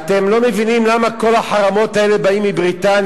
אתם לא מבינים למה כל החרמות האלה באים מבריטניה: